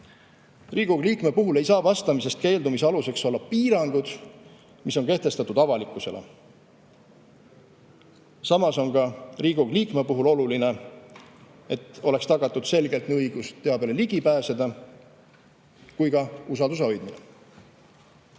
Riigikogu liikme puhul ei saa vastamisest keeldumise aluseks olla piirangud, mis on kehtestatud avalikkusele. Samas on ka Riigikogu liikme puhul oluline, et oleks tagatud selgelt nii õigus teabele ligi pääseda kui ka usalduse hoidmine.